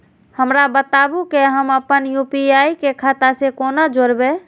हमरा बताबु की हम आपन यू.पी.आई के खाता से कोना जोरबै?